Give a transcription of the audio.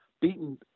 beaten